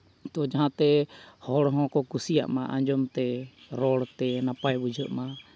ᱛᱚ ᱡᱟᱦᱟᱸ ᱛᱮ ᱦᱚᱲ ᱦᱚᱸᱠᱚ ᱠᱩᱥᱤᱭᱟᱜ ᱢᱟ ᱟᱸᱡᱚᱢ ᱛᱮ ᱨᱚᱲ ᱛᱮ ᱱᱟᱯᱟᱭ ᱵᱩᱡᱷᱟᱹᱜ ᱢᱟ